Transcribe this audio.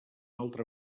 altre